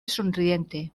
sonriente